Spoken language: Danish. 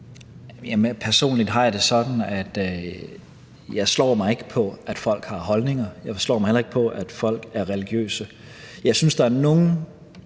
Personligt har jeg det sådan, at jeg ikke slår mig på, at folk har holdninger. Jeg slår mig heller ikke på, at folk er religiøse. Jeg synes, at der er nogle